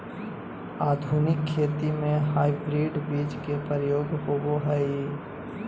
आधुनिक खेती में हाइब्रिड बीज के प्रयोग होबो हइ